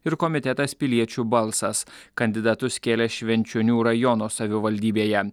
ir komitetas piliečių balsas kandidatus kėlė švenčionių rajono savivaldybėje